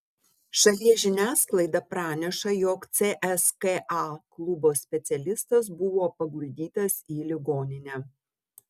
šalies žiniasklaida praneša jog cska klubo specialistas buvo paguldytas į ligoninę